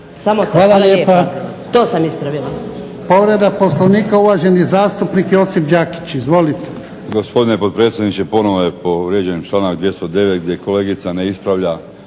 Hvala lijepa. To sam ispravila.